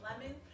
lemon